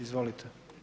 Izvolite.